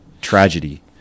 tragedy